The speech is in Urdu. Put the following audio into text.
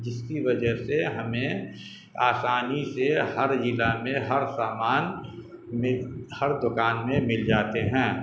جس کی وجہ سے ہمیں آسانی سے ہر ضلع میں ہر سامان ہر دکان میں مل جاتے ہیں